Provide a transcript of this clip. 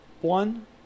one